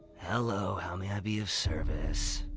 hello. how may i be of service?